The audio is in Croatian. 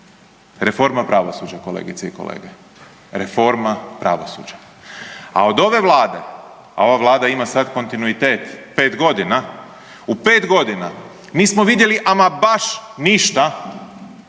reforma pravosuđa kolegice i kolege, reforma pravosuđa. A od ove vlade, a ova vlada ima sad kontinuitet 5.g., u 5.g. nismo vidjeli ama baš ništa